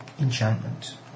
enchantment